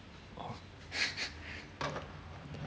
oh